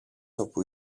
όπου